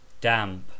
Damp